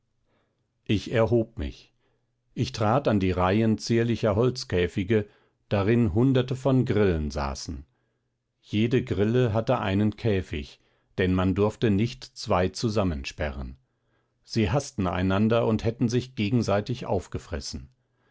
ich erhob mich ich trat an die reihen zierlicher holzkäfige darin hunderte von grillen saßen jede grille hatte einen käfig denn man durfte nicht zwei zusammensperren sie haßten einander und hätten sich gegenseitig auffressen